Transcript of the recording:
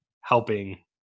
helping